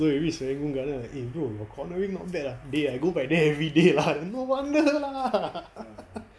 so we reach serangoon garden I like eh bro your cornering not bad ah dey I go by there everyday lah no wonder lah